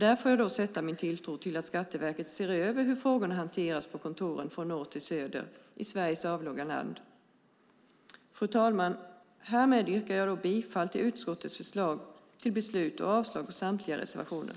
Där får jag sätta min tilltro till att Skatteverket ser över hur frågorna hanteras på kontoren från norr till söder i Sveriges avlånga land. Fru talman! Härmed yrkar jag bifall till utskottets förslag till beslut och avslag på samtliga reservationer.